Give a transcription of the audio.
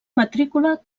matrícula